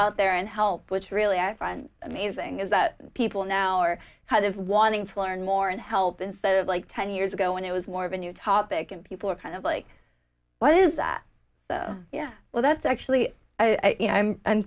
out there and help which really i find amazing is that people now or how they've wanting to learn more and help is like ten years ago when it was more of a new topic and people are kind of like what is that so yeah well that's actually i